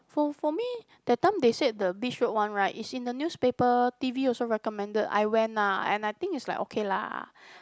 for for me that time they said the Beach Road one right is in the newspaper T_V also recommended I went ah and I think is like okay lah